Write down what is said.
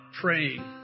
praying